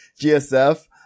GSF